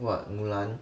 what mulan